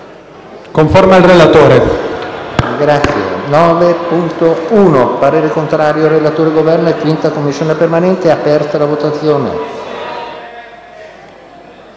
conforme al relatore.